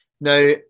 Now